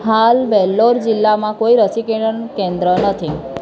હાલ વેલ્લોર જિલ્લામાં કોઈ રસીકરણ કેન્દ્ર નથી